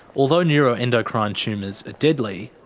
although neuroendocrine tumours are deadly,